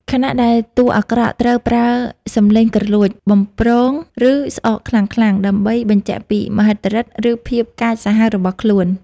ខណៈដែលតួអាក្រក់ត្រូវប្រើសំឡេងគ្រលួច បំព្រង ឬស្អកខ្លាំងៗដើម្បីបញ្ជាក់ពីមហិទ្ធិឫទ្ធិ ឬភាពកាចសាហាវរបស់ខ្លួន។